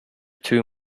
two